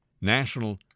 National